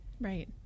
Right